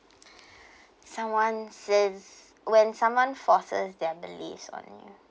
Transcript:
someone says when someone forces their beliefs on you